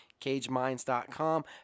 CageMinds.com